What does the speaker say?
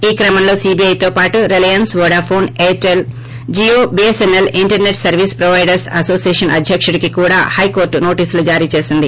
ఈ క్రమంలో సీబీఐతో పాటు Reliance Vodafone Airtel Jio BSNL internet service providers association అధ్యకుడికి కూడా హైకోర్టు నోటీసులు జారీ చేసింది